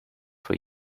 for